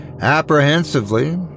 apprehensively